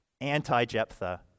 anti-Jephthah